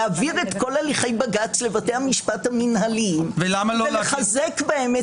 להעביר את כל הליכי בג"צ לבתי המשפט המינהליים ולחזק בהם את